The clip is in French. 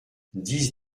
dix